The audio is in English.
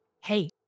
Hey